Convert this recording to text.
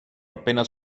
apenas